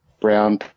brown